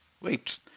Wait